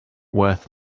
worth